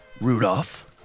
Rudolph